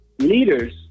Leaders